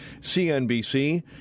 CNBC